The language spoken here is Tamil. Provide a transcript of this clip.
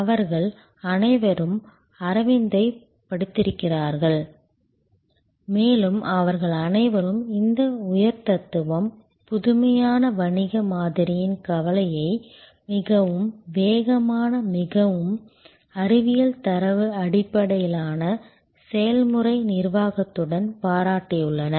அவர்கள் அனைவரும் அரவிந்தைப் படித்திருக்கிறார்கள் மேலும் அவர்கள் அனைவரும் இந்த உயர் தத்துவம் புதுமையான வணிக மாதிரியின் கலவையை மிகவும் விவேகமான மிகவும் அறிவியல் தரவு அடிப்படையிலான செயல்முறை நிர்வாகத்துடன் பாராட்டியுள்ளனர்